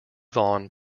vaughn